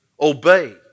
Obey